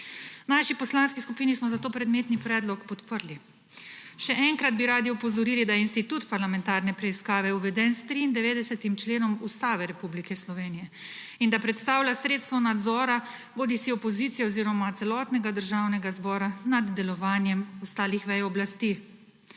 naši poslanski skupini smo zato predmetni predlog podprli. Še enkrat bi radi opozorili, da je institut parlamentarne preiskave uveden s 93. členom Ustave Republike Slovenije in da predstavlja sredstvo nadzora bodisi opozicije oziroma celotnega Državnega zbora nad delovanjem ostalih vej oblasti.